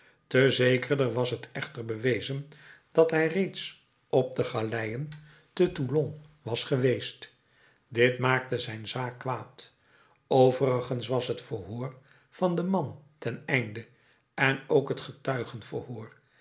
te zekerder was t echter bewezen dat hij reeds op de galeien te toulon was geweest dit maakte zijn zaak kwaad overigens was het verhoor van den man ten einde en ook het